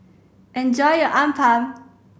enjoy your appam